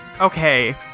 okay